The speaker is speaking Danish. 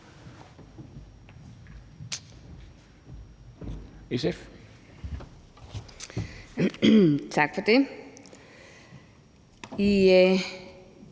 (SF): Tak for det.